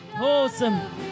Awesome